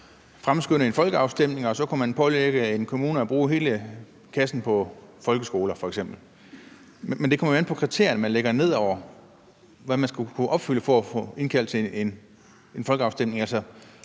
fremskynde en folkeafstemning, og at så kunne de pålægge en kommune at bruge hele kassen på f.eks. folkeskoler. Men det kommer jo an på kriterierne, man lægger ned, for, hvad man skal opfylde for at kunne indkalde til en folkeafstemning.